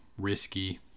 risky